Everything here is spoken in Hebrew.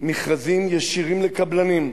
מכרזים ישירים לקבלנים,